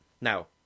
Now